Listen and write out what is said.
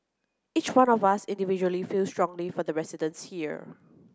each one of us individually feels strongly for the residents here